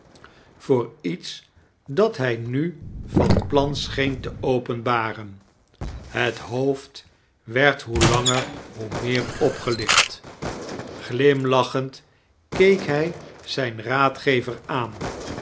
voot detsi dat hij nu van plan scheen te openbaren het hooifd werd hoe langer hoe meer opgelicht glimlachemd keek hij zijn raadgever aan